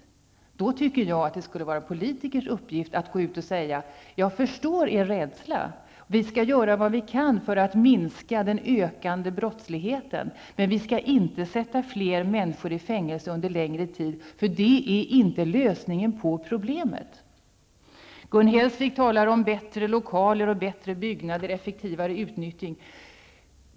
Jag tycker då att det skulle vara politikerns uppgift att säga, att ''jag förstår er rädsla, och vi skall göra vad vi kan för att minska den ökande brottsligheten, men vi skall inte sätta fler människor i fängelse under längre tid, för det är inte lösningen på problemet''. Gun Hellsvik talar om bättre lokaler, bättre byggnader och effektivare utnyttjande.